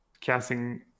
casting